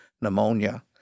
pneumonia